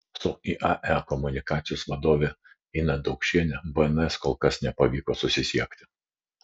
su iae komunikacijos vadove ina daukšiene bns kol kas nepavyko susisiekti